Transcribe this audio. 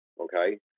okay